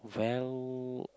well